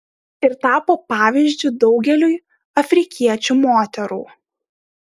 ir tapo pavyzdžiu daugeliui afrikiečių moterų